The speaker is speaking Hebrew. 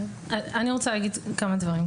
אני רוצה לומר כמה דברים.